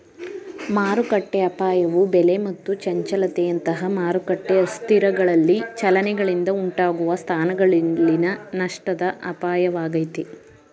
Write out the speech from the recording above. ಮಾರುಕಟ್ಟೆಅಪಾಯವು ಬೆಲೆ ಮತ್ತು ಚಂಚಲತೆಯಂತಹ ಮಾರುಕಟ್ಟೆ ಅಸ್ಥಿರಗಳಲ್ಲಿ ಚಲನೆಗಳಿಂದ ಉಂಟಾಗುವ ಸ್ಥಾನಗಳಲ್ಲಿನ ನಷ್ಟದ ಅಪಾಯವಾಗೈತೆ